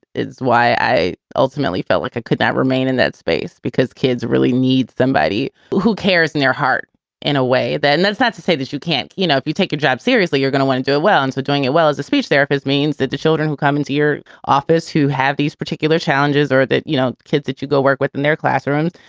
it's why i ultimately felt like it could not remain in that space, because kids really need somebody who cares in their heart in a way. then that's not to say that you can't. you know, if you take your job seriously, you're gonna want to do well. and so doing it well as a speech therapist means that the children who come into your office, who have these particular challenges or that, you know, kids that you go work with in their classroom,